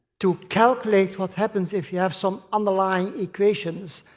to calculate what happens if you have some underlying equations.